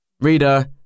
Reader